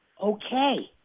Okay